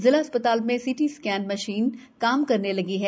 जिला अस्पताल में सिटी स्केन मशीन काम करने लगी है